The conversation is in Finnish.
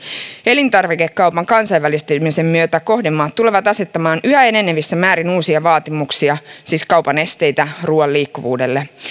elintarvikekaupan kansainvälistymisen myötä kohdemaat tulevat asettamaan yhä enenevissä määrin uusia vaatimuksia siis kaupan esteitä ruuan liikkuvuudelle